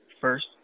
first